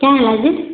କାଏଁ ହେଲା ଯେ